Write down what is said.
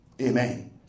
Amen